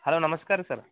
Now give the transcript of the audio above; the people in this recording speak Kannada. ಹಲೋ ನಮಸ್ಕಾರ ರಿ ಸರ್